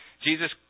Jesus